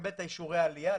לקבל את אישורי העלייה,